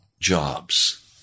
jobs